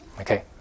Okay